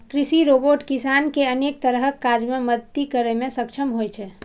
कृषि रोबोट किसान कें अनेक तरहक काज मे मदति करै मे सक्षम होइ छै